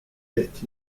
est